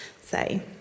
say